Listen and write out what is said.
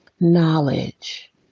knowledge